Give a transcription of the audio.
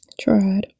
Tried